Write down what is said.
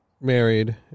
married